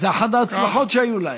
זו אחת ההצלחות שהיו להם.